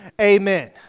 Amen